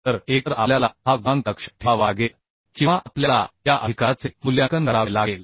तर एकतर आपल्याला हा गुणांक लक्षात ठेवावा लागेल किंवा आपल्याला या अधिकाराचे मूल्यांकन करावे लागेल